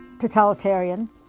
totalitarian